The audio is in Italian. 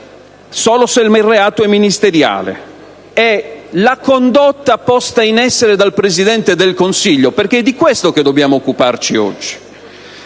solo se il reato è ministeriale. E la condotta posta in essere dal Presidente del Consiglio - perché è di questo che dobbiamo occuparci oggi